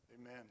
Amen